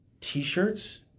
t-shirts